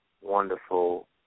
wonderful